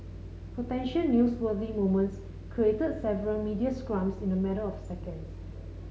potential newsworthy moments created several media scrums in a matter of seconds